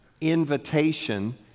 invitation